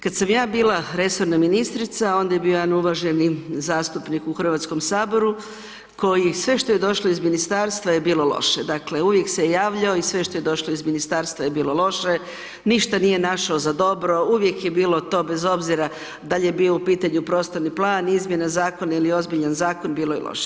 Kad sam ja bila resorna ministrica onda je bio jedan uvaženi zastupnik u HS-u koji sve što je došlo iz Ministarstva je bilo loše, dakle, uvijek se javljao i sve što je došlo iz Ministarstva je bilo loše, ništa nije našao za dobro, uvijek je bilo to, bez obzira dal je bio u pitanju prostorni plan, izmjena zakona ili ozbiljan zakon, bilo je loše.